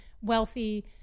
wealthy